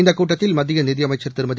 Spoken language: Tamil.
இந்தகூட்டத்தில் மத்தியநிதியமைச்சள் திருமதி